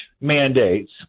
mandates